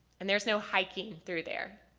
and there is no hiking through there.